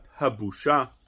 Habusha